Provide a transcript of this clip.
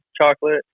chocolate